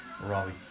Robbie